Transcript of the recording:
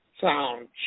sound